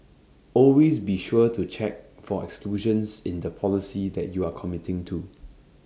always be sure to check for exclusions in the policy that you are committing to